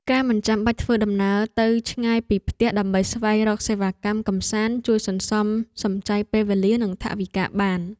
ការមិនចាំបាច់ធ្វើដំណើរទៅឆ្ងាយពីផ្ទះដើម្បីស្វែងរកសេវាកម្មកម្សាន្តជួយសន្សំសំចៃពេលវេលានិងថវិកា។